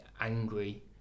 angry